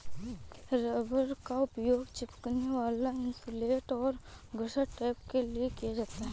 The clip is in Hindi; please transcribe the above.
रबर का उपयोग चिपकने वाला इन्सुलेट और घर्षण टेप के लिए किया जाता है